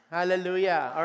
Hallelujah